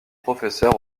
professeur